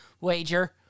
wager